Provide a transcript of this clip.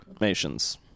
nations